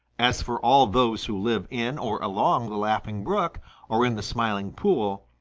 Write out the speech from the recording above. as for all those who live in or along the laughing brook or in the smiling pool,